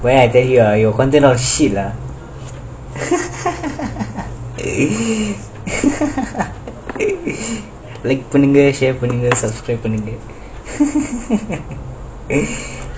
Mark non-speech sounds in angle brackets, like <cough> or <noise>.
where then you are your contact now shit lah <laughs> like பன்னுங்க:pannunga share பன்னுங்க:pannunga subscribe பன்னுங்க:pannunga <laughs>